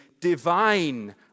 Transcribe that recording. divine